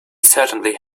certainly